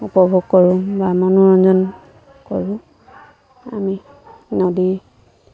উপভোগ কৰোঁ বা মনোৰঞ্জন কৰোঁ আমি নদী